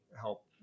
help